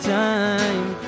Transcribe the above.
time